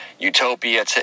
Utopia